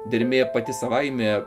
dermė pati savaime